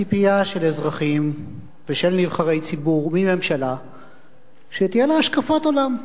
הציפייה של האזרחים ושל נבחרי ציבור מממשלה היא שתהיה לה השקפת עולם,